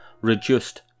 reduced